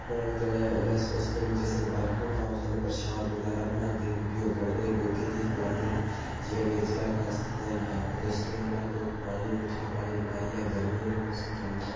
जेह्ड़ा ऐ उस दिन जिस दिन बर्त होंदा ऐ उस दिन प्रशाद बगैरा बनांदे न फिर बंडदे न लोकें गी खलांदे न जि'यां निरजला काश्ती दा होई आ उस दिन लोक पानी मिट्ठा पानी बनाइयै गरमी दे मौसम च औंदा